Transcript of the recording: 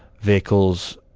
vehicles